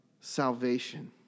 salvation